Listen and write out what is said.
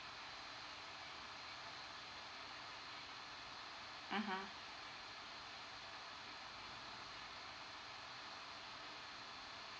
mmhmm